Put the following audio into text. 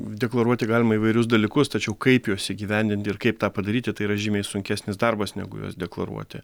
deklaruoti galima įvairius dalykus tačiau kaip juos įgyvendinti ir kaip tą padaryti tai yra žymiai sunkesnis darbas negu juos deklaruoti